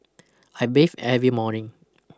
I bathe every morning